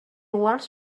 wants